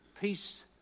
peace